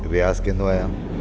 रियाज़ कंदो आहियां